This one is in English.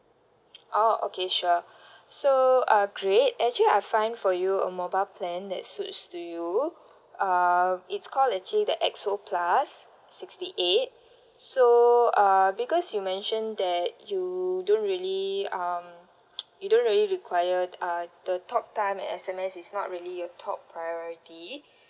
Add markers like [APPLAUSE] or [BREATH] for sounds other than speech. oh okay sure [BREATH] so uh great actually I find for you a mobile plan that suits to you uh it's call actually the X_O plus sixty eight so uh because you mention that you don't really um [NOISE] you don't really require uh the talk time and S_M_S is not really your top priority